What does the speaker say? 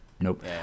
Nope